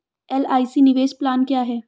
LIC निवेश plan क्या है?